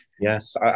Yes